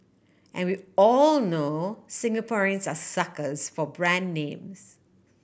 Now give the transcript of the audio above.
and we all know Singaporeans are suckers for brand names